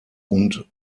und